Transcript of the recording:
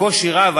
בקושי רב,